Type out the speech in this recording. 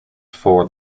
for